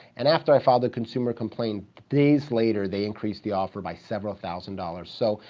and after i filed a consumer complaint, days later, they increased the offer by several thousand dollars. so,